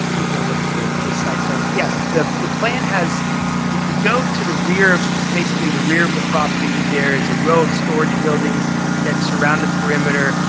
let me go look at the the site plan. yeah. the the plan has if you go to the rear basically, the rear of the property, there is a row of storage buildings that surround the perimeter.